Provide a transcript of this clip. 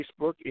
Facebook